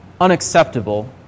unacceptable